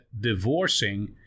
divorcing